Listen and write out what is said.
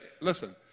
Listen